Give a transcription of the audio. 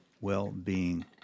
well-being